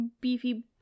beefy